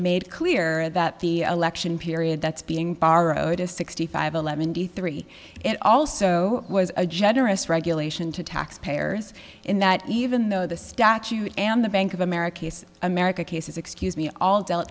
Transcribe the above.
made clear that the election period that's being borrowed a sixty five eleven d three it also was a generous regulation to taxpayers in that even though the statute and the bank of america america cases excuse me all